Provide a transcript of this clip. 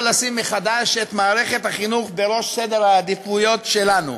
לשים מחדש את מערכת החינוך בראש סדר העדיפויות שלנו,